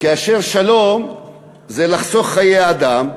כאשר שלום זה לחסוך חיי אדם,